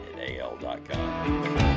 al.com